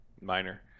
minor